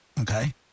Okay